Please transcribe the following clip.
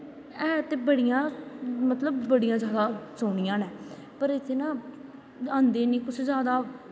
हैं ते बड़ियां मतलब बड़ियां जैदा सोह्नियां न पर इत्थै ना आंदे निं कुछ जैदा